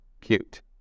Cute